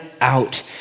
out